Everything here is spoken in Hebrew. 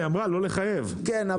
כן,